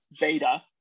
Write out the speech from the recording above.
beta